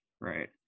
right